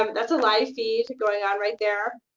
um that's a live feed going on right there.